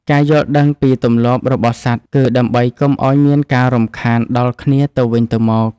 ការយល់ដឹងពីទម្លាប់របស់សត្វ គឺដើម្បីកុំឱ្យមានការរំខានដល់គ្នាទៅវិញទៅមក។